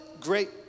Great